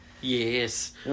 Yes